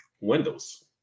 Windows